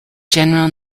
general